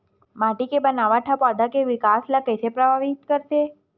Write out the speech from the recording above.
माटी के बनावट हा पौधा के विकास ला कइसे प्रभावित करथे?